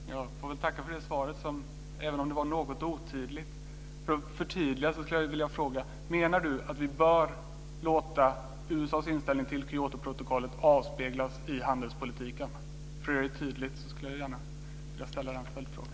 Fru talman! Jag får väl tacka för det svaret även om det var otydligt. För att förtydliga skulle jag vilja fråga: Menar Berndt Ekholm att vi bör låta USA:s inställning till Kyotoprotokollet avspeglas i handelspolitiken? För att göra det tydligt skulle jag gärna vilja ställa den följdfrågan.